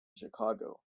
chicago